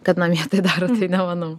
kad namie tai daro tai nemanau